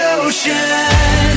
ocean